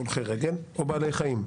הולכי רגל או בעלי חיים.